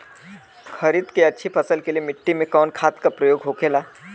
खरीद के अच्छी फसल के लिए मिट्टी में कवन खाद के प्रयोग होखेला?